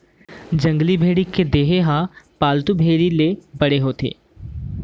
जंगली भेड़ी के देहे ह पालतू भेड़ी ले बड़े होथे